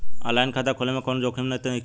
आन line खाता खोले में कौनो जोखिम त नइखे?